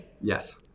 Yes